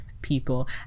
people